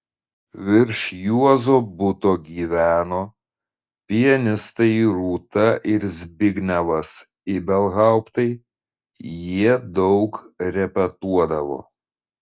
virš juozo buto gyveno pianistai rūta ir zbignevas ibelhauptai jie daug repetuodavo